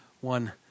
one